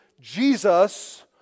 Jesus